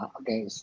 Okay